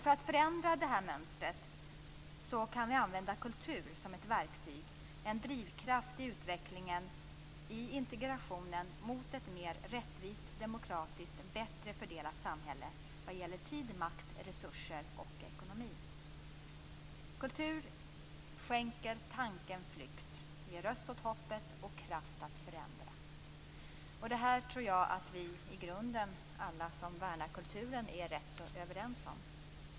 För att förändra detta mönster kan vi använda kultur som ett verktyg, en drivkraft i utvecklingen i integrationen mot ett mer rättvist och demokratiskt samhälle med en rättvisare fördelning när det gäller tid, makt, resurser och ekonomi. Kultur skänker tanken flykt, ger röst åt hoppet och kraft att förändra. Det tror jag att alla som värnar kulturen i grunden är rätt så överens om.